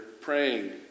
praying